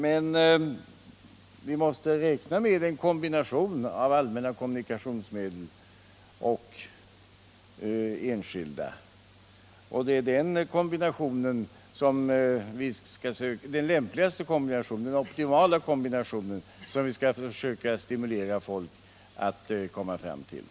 Men vi måste räkna med en kombination av allmänna kommunikationsmedel och enskilda, och det är den optimala kombinationen som vi skall försöka stimulera folk att komma fram till.